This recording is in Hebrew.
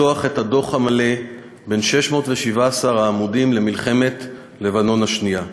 לפתוח את הדוח המלא בן 617 העמודים על מלחמת לבנון השנייה.